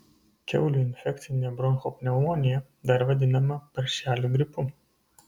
kiaulių infekcinė bronchopneumonija dar vadinama paršelių gripu